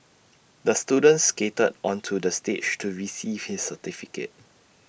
the student skated onto the stage to receive his certificate